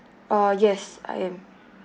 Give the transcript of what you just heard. uh yes I am